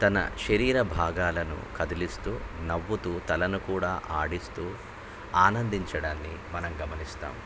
తన శరీర భాగాలను కదిలిస్తూ నవ్వుతూ తలను కూడా ఆడిస్తూ ఆనందించడాన్ని మనం గమనిస్తాము